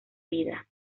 vida